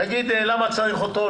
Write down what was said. תגיד למה צריך אותה,